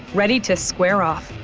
ready to square off.